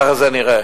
ככה זה נראה.